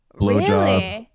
blowjobs